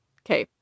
okay